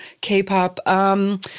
K-Pop